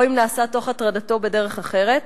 או אם נעשה תוך הטרדתו בדרך אחרת.